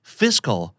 fiscal